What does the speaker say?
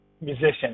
musicians